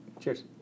Cheers